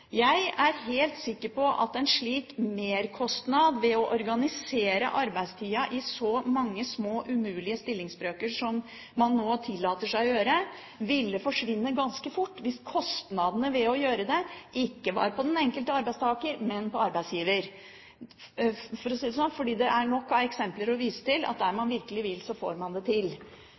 Jeg er helt sikker på at merkostnadene ved å organisere arbeidstiden i så mange små, umulige stillingsbrøker som man nå tillater seg å gjøre, ville forsvinne ganske fort hvis kostnadene ved å gjøre det ikke var på den enkelte arbeidstaker, men på arbeidsgiver. For å si det sånn: Det er nok av eksempler på at der man virkelig vil, så får man det til.